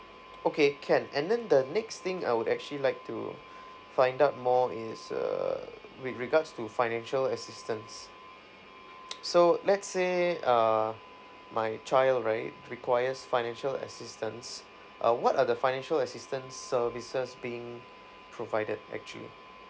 okay can and then the next thing I would actually like to find out more is err with regards to financial assistance so let's say uh my child right requires financial assistance uh what are the financial assistance services being provided actually